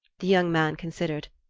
the young man considered.